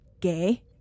gay